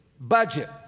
budget